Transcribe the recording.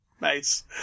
Nice